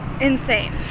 Insane